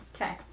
Okay